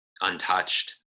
untouched